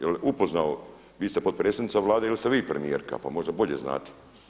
Jel upoznao, vi ste potpredsjednica Vlade ili ste vi premijerka pa možda bolje znate.